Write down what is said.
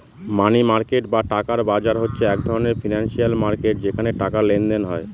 মানি market বা টাকার বাজার হচ্ছে এক ধরনের ফিনান্সিয়াল মার্কেট যেখানে টাকার লেনদেন হয়